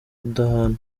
kudahana